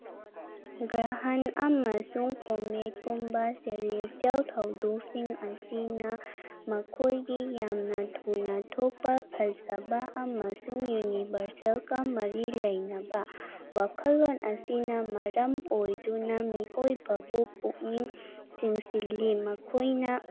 ꯒ꯭ꯔꯣꯍꯣꯟ ꯑꯃꯁꯨꯡ ꯀꯣꯃꯦꯠꯀꯨꯝꯕ ꯁꯦꯂꯦꯁꯁꯤꯌꯦꯜ ꯊꯧꯗꯣꯛꯁꯤꯡ ꯑꯁꯤꯅ ꯃꯈꯣꯏꯒꯤ ꯌꯥꯝꯅ ꯊꯨꯅ ꯊꯣꯛꯄ ꯐꯖꯕ ꯑꯃꯁꯨꯡ ꯌꯨꯅꯤꯚꯔꯁꯦꯜꯒ ꯃꯔꯤ ꯂꯩꯅꯕ ꯋꯥꯈꯜꯂꯣꯜ ꯑꯁꯤꯅ ꯃꯔꯝ ꯑꯣꯏꯗꯨꯅ ꯃꯤꯑꯣꯏꯕꯕꯨ ꯄꯨꯛꯅꯤꯡ ꯆꯤꯡꯁꯤꯜꯂꯤ ꯃꯈꯣꯏꯅ